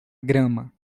grama